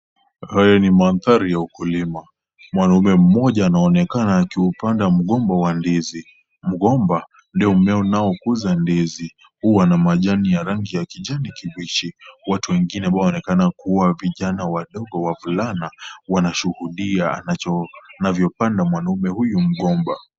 Haya ni mandhari ya ukulima. Mwanaume mmoja anaonekana akiupanda mgomba wa ndizi. Mgomba ndio mmea unaokuza ndizi, huwa na majani ya rangi ya kijani kibichi. Watu wengine ambao wanaonekana kuwa vijana wadogo wavulana wanashuhudia anavyopanda mwanaume huyu mgomba.